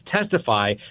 testify